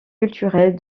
culturelles